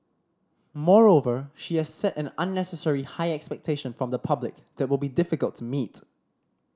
moreover she has set an unnecessary high expectation from the public that would be difficult to meet